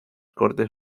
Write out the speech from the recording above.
cortes